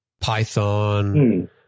Python